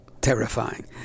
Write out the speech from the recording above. terrifying